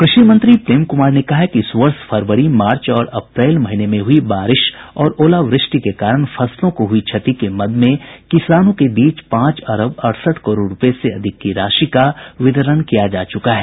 कृषि मंत्री प्रेम कुमार ने कहा है कि इस वर्ष फरवरी मार्च और अप्रैल महीने हुई बारिश और ओलावृष्टि के कारण फसलों को हुई क्षति के मद में किसानों के बीच पांच अरब अड़सठ करोड़ रूपये से अधिक राशि का वितरण किया जा चुका है